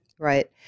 Right